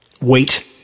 Wait